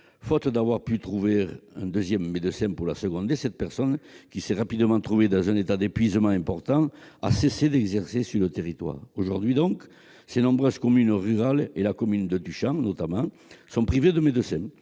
Faute d'avoir pu trouver un deuxième médecin pour la seconder, cette personne, qui s'est rapidement trouvée dans un état d'épuisement important, a cessé d'exercer sur le territoire. Aujourd'hui donc, ces nombreuses communes rurales, notamment celle de Tuchan, sont privées de médecin.